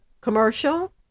commercial